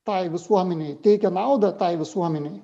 tai visuomenei teikia naudą tai visuomenei